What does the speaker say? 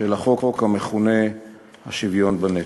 של החוק המכונה "שוויון בנטל".